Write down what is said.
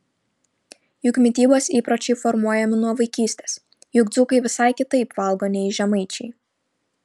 juk mitybos įpročiai formuojami nuo vaikystės juk dzūkai visai kitaip valgo nei žemaičiai